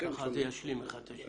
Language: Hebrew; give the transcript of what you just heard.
וכך זה ישלים אחד את השני.